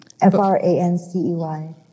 F-R-A-N-C-E-Y